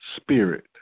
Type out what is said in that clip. spirit